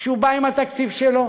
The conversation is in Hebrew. כשהוא בא עם התקציב שלו,